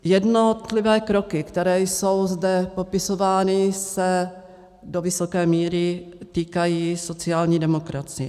Jednotlivé kroky, které jsou zde popisovány, se do vysoké míry týkají sociální demokracie.